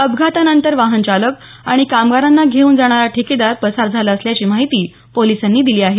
अपघातानंतर वाहन चालक आणि कामगारांना घेऊन जाणार ठेकेदार पसार झाले असल्याची माहिती पोलिसांनी दिली आहे